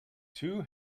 two